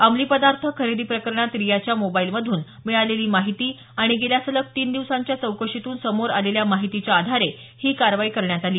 अंमली पदार्थ खरेदी प्रकरणात रियाच्या मोबाईलमधून मिळालेली माहिती आणि गेल्या सलग तीन दिवसांच्या चौकशीतून समोर आलेल्या माहितीच्या आधारे ही कारवाई करण्यात आली